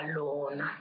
alone